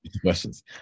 Questions